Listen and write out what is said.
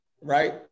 right